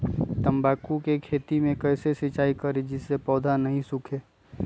तम्बाकू के खेत मे कैसे सिंचाई करें जिस से पौधा नहीं सूखे?